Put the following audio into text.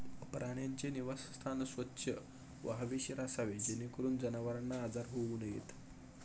प्राण्यांचे निवासस्थान स्वच्छ व हवेशीर असावे जेणेकरून जनावरांना आजार होऊ नयेत